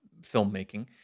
filmmaking